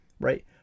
right